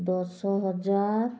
ଦଶ ହଜାର